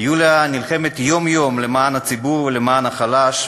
יוליה נלחמת יום-יום למען הציבור ולמען החלש,